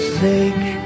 sake